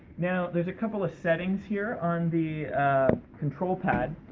now, there's a couple of settings here on the, ah, control pad.